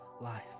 life